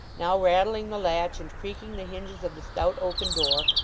now rattling the latch and creaking the hinges of the stout oaken door,